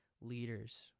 leaders